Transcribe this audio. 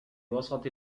وسط